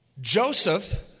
Joseph